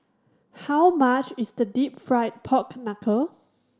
how much is the Deep Fried Pork Knuckle